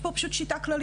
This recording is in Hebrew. יש פה פשוט שיטה כללית,